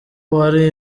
wari